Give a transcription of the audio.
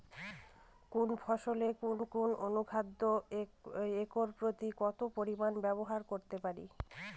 কোন ফসলে কোন কোন অনুখাদ্য একর প্রতি কত পরিমান ব্যবহার করতে পারি?